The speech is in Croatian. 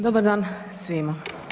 Dobar dan svima.